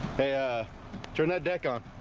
hey ah turn that dec on